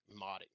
modding